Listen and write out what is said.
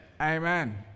Amen